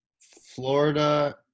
Florida